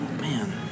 man